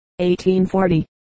1840